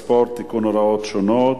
הצעת חוק הספורט (תיקון, הוראות שונות),